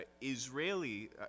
Israeli